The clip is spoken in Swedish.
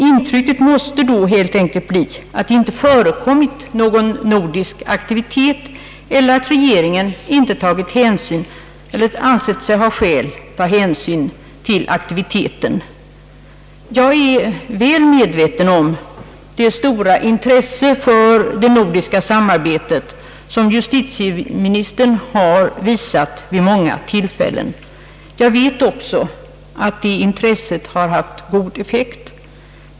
Intrycket måste då helt enkelt bli att det inte förekommit någon nordisk aktivitet eller att regeringen inte tagit hänsyn eller ansett sig ha skäl att ta hänsyn till aktiviteten. Jag är väl medveten om det stora intresse för det nordiska samarbetet som justitieministern har visat vid många tillfällen. Jag vet också att detta intresse har haft god effekt.